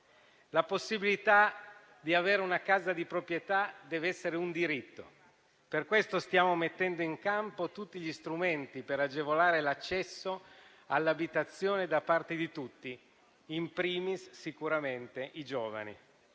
La possibilità di avere una casa di proprietà deve essere un diritto. Per questo stiamo mettendo in campo tutti gli strumenti per agevolare l'accesso all'abitazione da parte di tutti, *in primis* sicuramente i giovani.